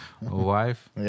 wife